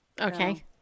Okay